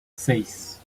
seis